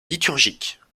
liturgiques